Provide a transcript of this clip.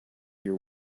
your